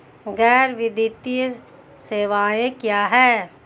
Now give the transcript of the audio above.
गैर वित्तीय सेवाएं क्या हैं?